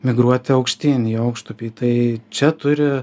migruoti aukštyn į aukštupį tai čia turi